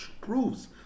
proves